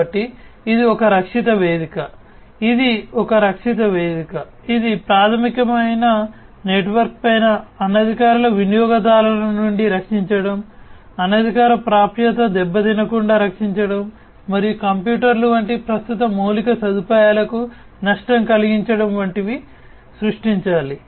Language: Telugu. కాబట్టి ఇది ఒక రక్షిత వేదిక ఇది ఒక రక్షిత వేదిక ఇది ప్రాథమిక నెట్వర్క్ పైన అనధికార వినియోగదారుల నుండి రక్షించడం అనధికార ప్రాప్యత దెబ్బతినకుండా రక్షించడం మరియు కంప్యూటర్లు వంటి ప్రస్తుత మౌలిక సదుపాయాలకు నష్టం కలిగించడం వంటివి సృష్టించాలి